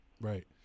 right